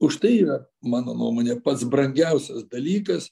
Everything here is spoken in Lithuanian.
užtai yra mano nuomone pats brangiausias dalykas